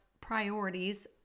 priorities